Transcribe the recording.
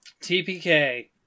TPK